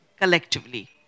collectively